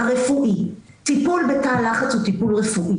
הרפואי, טיפול בתא לחץ הוא טיפול רפואי.